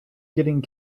getting